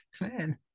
man